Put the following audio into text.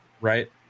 Right